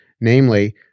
namely